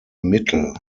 mittel